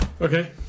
Okay